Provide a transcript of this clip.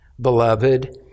beloved